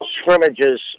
scrimmages